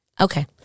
Okay